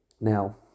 Now